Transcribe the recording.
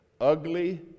ugly